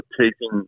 taking